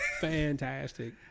Fantastic